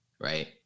right